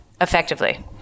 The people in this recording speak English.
effectively